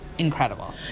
incredible